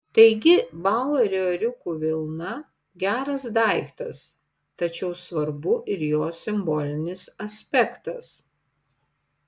taigi bauerio ėriukų vilna geras daiktas tačiau svarbu ir jos simbolinis aspektas